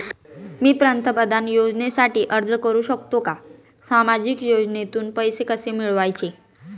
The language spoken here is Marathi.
मी पंतप्रधान योजनेसाठी अर्ज करु शकतो का? सामाजिक योजनेतून पैसे कसे मिळवायचे